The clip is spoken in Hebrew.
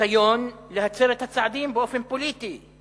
ניסיון להצר את הצעדים באופן פוליטי.